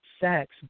sex